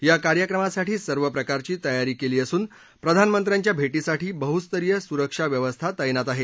या कार्यक्रमासाठी सर्व प्रकारची तयारी केली असून प्रधानमंत्र्यांच्या भेटीसाठी बहुस्तरीय सुरक्षा व्यवस्था तैनात आहे